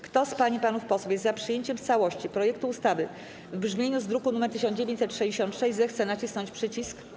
Kto z pań i panów posłów jest za przyjęciem w całości projektu ustawy w brzmieniu z druku nr 1966, zechce nacisnąć przycisk.